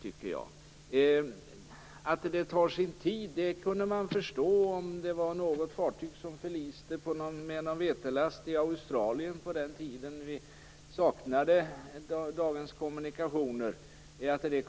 Man kan förstå att det kunde ta tre månader att rapportera att ett fartyg med en vetelast hade förlist nära Australien på den tiden när dagens kommunikationer saknades.